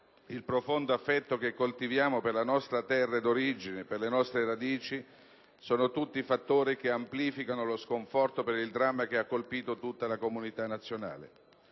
il profondo affetto che coltiviamo per la nostra terra d'origine, per le nostre radici, sono tutti fattori che amplificano lo sconforto per il dramma che ha colpito tutta la comunità nazionale.